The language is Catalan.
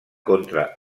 contra